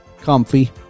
Comfy